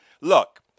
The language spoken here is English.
Look